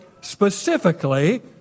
specifically